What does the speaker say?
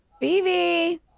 Vivi